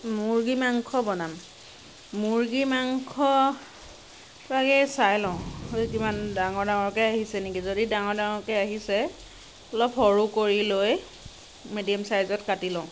মুৰ্গী মাংস বনাম মুৰ্গী মাংস চাই লওঁ কিমান ডাঙৰ ডাঙৰকৈ আহিছে নেকি যদি ডাঙৰ ডাঙৰকৈ আহিছে অলপ সৰু কৰি লৈ মেডিয়াম চাইজত কাটি ল'ম